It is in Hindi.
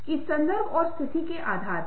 अनुसंधान कौशल एक अलग क्षेत्र है